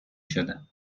شدن